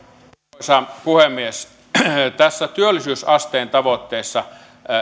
arvoisa puhemies tässä työllisyysasteen tavoitteessa